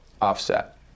offset